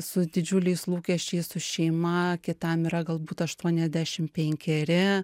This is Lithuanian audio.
su didžiuliais lūkesčiais su šeima kitam yra galbūt aštuoniasdešim penkeri